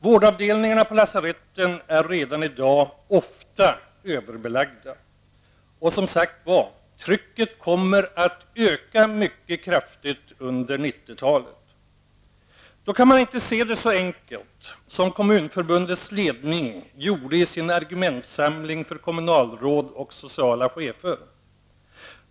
Vårdavdelningarna på lasaretten är redan i dag ofta överbelagda. Och som sagt var, trycket kommer att öka mycket kraftigt under 90 talet. Då kan man inte se det så enkelt som Kommunförbundets ledning gjorde i sin argumentsamling för kommunalråd och sociala chefer.